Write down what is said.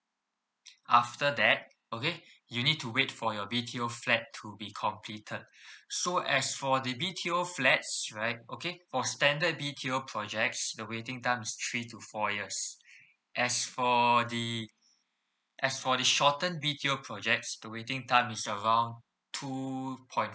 after that okay you need to wait for your B_T_O flat to be completed so as for the B_T_O flats right okay for standard B_T_O projects the waiting time is three to four years as for the as for the shorten B_T_O projects, the waiting time is along two point